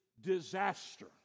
disaster